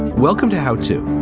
welcome to how to.